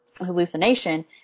hallucination